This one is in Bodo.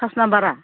पास नाम्बारा